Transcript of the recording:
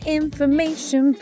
information